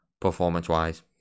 performance-wise